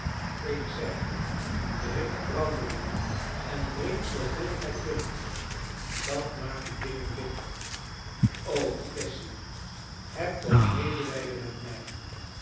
ik zeg drink brandewijn en drink zooveel gij kunt dat maakt de dingen lichter o cassy heb toch medelijden met mij